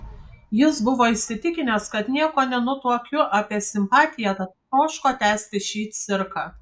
jis buvo įsitikinęs kad nieko nenutuokiu apie simpatiją tad troško tęsti šį cirką